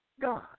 God